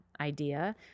idea